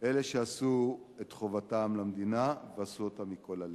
אלה שעשו את חובתם למדינה ועשו אותה מכל הלב.